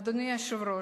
אדוני היושב-ראש,